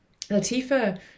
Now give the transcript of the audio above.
Latifa